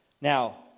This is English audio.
Now